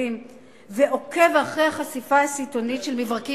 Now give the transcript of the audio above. ועוקב אחרי החשיפה הסיטונית של המברקים